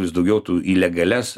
vis daugiau tų į legalias